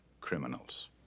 criminals